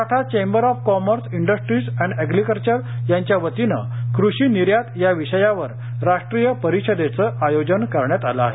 Maratha chamber of commerce industries and agriculture यांच्यावतीने कृषी निर्यात या विषयावर राष्ट्रीय परिषदेचे आयोजन करण्यात आले आहे